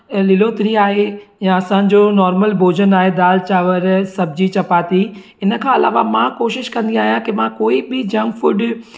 आहे या असांजो नॉर्मल भोॼन आहे दाल चांवरु सब्जी चपाती इन खां अलावा मां कोशिशि कंदी आहियां की मां कोई बि जंक फूड